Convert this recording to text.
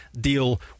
deal